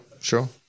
sure